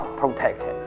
protected